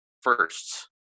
firsts